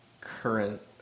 current